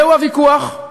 זהו הוויכוח,